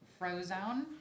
Frozone